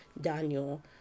Daniel